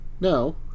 No